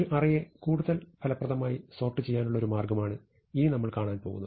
ഒരു അറേയെ കൂടുതൽ ഫലപ്രദമായി സോർട്ട് ചെയ്യാനുള്ള ഒരു മാർഗ്ഗമാണ് ഇനി നമ്മൾ കാണാൻ പോകുന്നത്